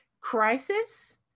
crisis